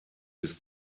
bis